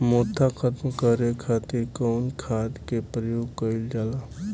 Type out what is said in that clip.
मोथा खत्म करे खातीर कउन खाद के प्रयोग कइल जाला?